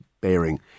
bearing